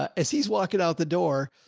ah as he's walking out the door,